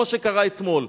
כמו שקרה אתמול?